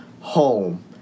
Home